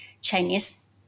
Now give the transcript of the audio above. Chinese